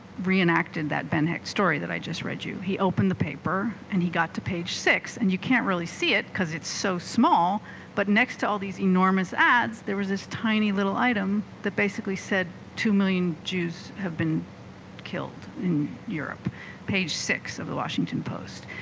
reenacted that ben hecht story that i just read you he opened the paper and he got to page six and you can't really see it because it's so small but next to all these enormous ads there was this tiny little item that basically said two million jews have been killed in europe page six of the washington post